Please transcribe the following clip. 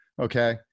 Okay